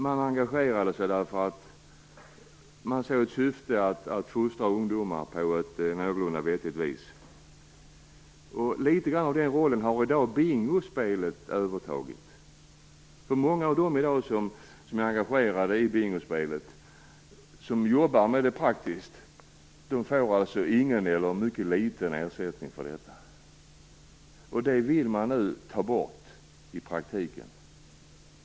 Man engagerade sig därför att man såg ett syfte med att fostra ungdomar på ett någorlunda vettigt vis. Litet grand av den rollen har i dag bingospelet övertagit. Många av dem som i dag är engagerade i bingospel och som praktiskt jobbar med bingo får alltså ingen eller en mycket liten ersättning för sitt arbete. Den möjligheten vill man nu i praktiken ta bort.